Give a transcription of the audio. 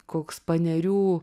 koks panerių